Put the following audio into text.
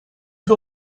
peu